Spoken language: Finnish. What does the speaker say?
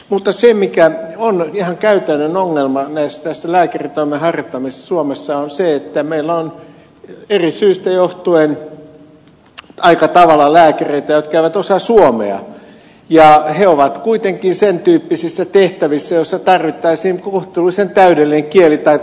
mutta se mikä on ihan käytännön ongelma tässä lääkärintoimen harjoittamisessa suomessa on se että meillä on eri syistä johtuen aika tavalla lääkäreitä jotka eivät osaa suomea ja he ovat kuitenkin sen tyyppisissä tehtävissä joissa tarvittaisiin kohtuullisen täydellinen kielitaito